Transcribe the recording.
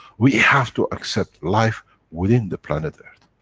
we have to accept life within the planet earth.